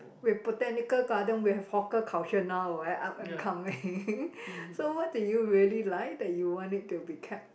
with Botanical Garden we have hawker culture now where up and coming so what do you really like that you want it to be kept